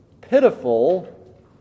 pitiful